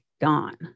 gone